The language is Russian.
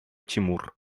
тимур